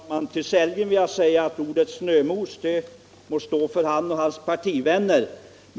Herr talman! Till Rolf Sellgren vill jag säga att ordet snömos må stå för honom och hans partivänner.